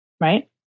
Right